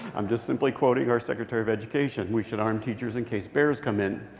i'm just simply quoting our secretary of education. we should arm teachers in case bears come in.